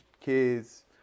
kids